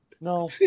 No